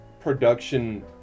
production